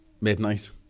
midnight